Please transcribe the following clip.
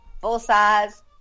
full-size